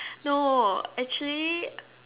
no actually